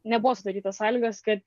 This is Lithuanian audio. nebuvo sudarytos sąlygos kad